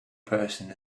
person